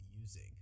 using